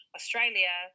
Australia